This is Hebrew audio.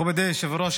מכובדי היושב-ראש,